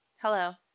hello